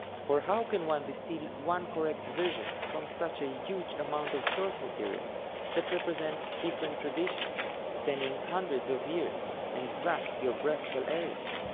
for how can one distill one correct version from such a huge amount of source material that represents different traditions spanning hundreds of years and vast geographical areas?